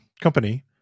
company